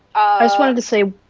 i just wanted to say.